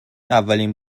اولین